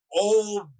Old